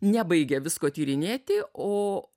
nebaigia visko tyrinėti o